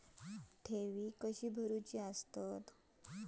ठेवी कशी भरूची?